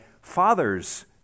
Father's